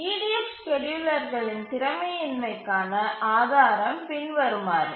EDF ஸ்கேட்யூலரின் திறமையின்மைக்கான ஆதாரம் பின்வருமாறு